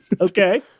Okay